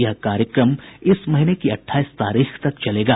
यह कार्यक्रम इस महीने की अट्ठाईस तारीख तक चलेगा